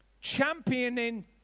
championing